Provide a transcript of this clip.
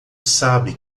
sabe